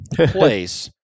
place